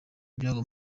ibyago